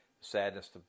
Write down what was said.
sadness